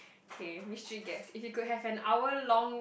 okay mystery guest if you could have an hour long